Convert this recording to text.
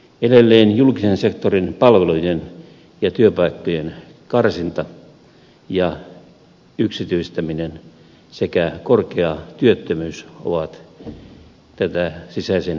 edelleen julkisen sektorin palvelujen ja työpaikkojen karsinta ja yksityistäminen sekä korkea työttömyys ovat tätä sisäisen devalvaation politiikkaa